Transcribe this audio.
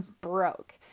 broke